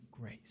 grace